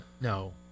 No